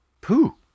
Pooh